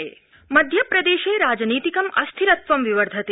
मध्यप्रदेश मध्यप्रदेशे राजनीतिकम् अस्थिरत्वं विवर्धते